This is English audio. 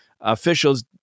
officials